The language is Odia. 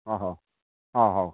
ହେଉ